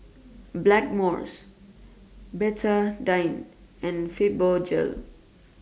Blackmores Betadine and Fibogel